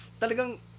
talagang